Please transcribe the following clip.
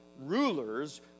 rulers